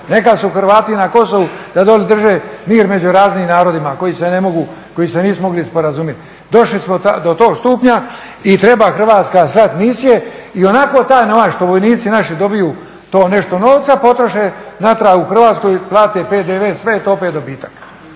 Neka su Hrvati i na Kosovu da dolje drže mir među raznim narodima koji se ne mogu, koji se nisu mogli sporazumit. Došli smo do tog stupnja i treba Hrvatska slat misije. I onako taj novac što vojnici naši dobiju, to nešto novca, potroše natrag u Hrvatskoj, plate PDV, jer je sve to opet dobitak.